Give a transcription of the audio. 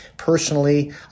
personally